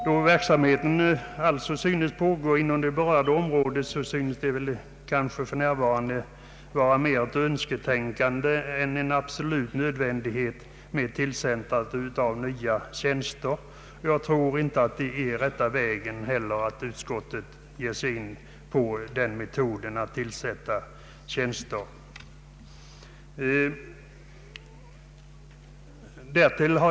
Då denna alltså synes pågå inom det berörda området är det kanske för närvarande mera ett önsketänkande än en absolut nödvändighet att inrätta nya tjänster. Jag tror inte heller att det är rätta vägen att utskottet ger sig in på att inrätta tjänster.